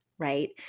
right